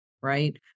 right